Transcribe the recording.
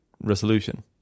resolution